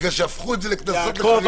בגלל שהפכו את זה לקנסות לחרדים.